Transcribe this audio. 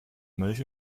milch